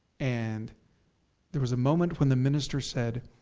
and there was a moment when the minister said,